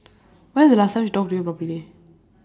when is the last time she talk to you properly